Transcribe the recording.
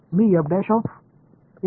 मी म्हणत आहे